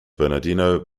bernardino